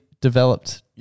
developed